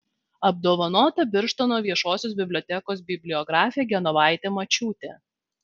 apdovanota birštono viešosios bibliotekos bibliografė genovaitė mačiūtė